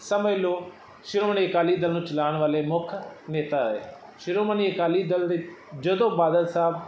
ਸਮਝ ਲਓ ਸ਼੍ਰੋਮਣੀ ਅਕਾਲੀ ਦਲ ਨੂੰ ਚਲਾਉਣ ਵਾਲੇ ਮੁੱਖ ਨੇਤਾ ਰਹੇ ਸ਼੍ਰੋਮਣੀ ਅਕਾਲੀ ਦਲ ਦੇ ਜਦੋਂ ਬਾਦਲ ਸਾਹਿਬ